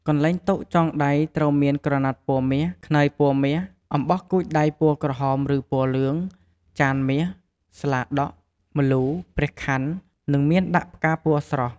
កន្លែងតុចងដៃត្រូវមាន ក្រណាត់ពណ៌មាស ខ្នើយពណ៌មាស អំបោះកួចដៃពណ៌ក្រហម ឬពណ៌លឿង ចានមាស ស្លាដក ម្លូ ព្រះខ័ន្ត និងមានដាក់ផ្កាពណ៌ស្រស់។